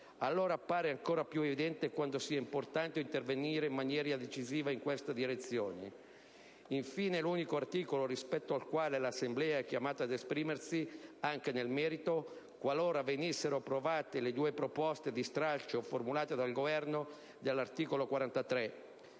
allora appare ancora più evidente quanto sia importante intervenire in maniera decisiva in questa direzione. Infine, l'unico articolo rispetto al quale l'Assemblea sarebbe chiamata ad esprimersi anche nel merito, qualora venissero approvate le due proposte di stralcio formulate dal Governo, è l'articolo 43.